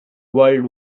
world